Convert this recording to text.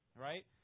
right